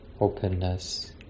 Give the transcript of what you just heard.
openness